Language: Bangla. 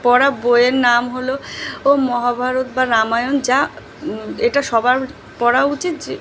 পড়া বইয়ের নাম হলো ও মহাভারত বা রামায়ণ যা এটা সবার পড়া উচিত যে